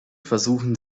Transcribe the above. versuchen